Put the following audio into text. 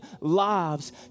lives